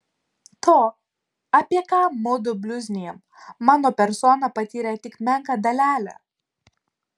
to apie ką mudu bliuznijam mano persona patyrė tik menką dalelę